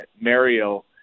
Mario